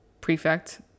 prefect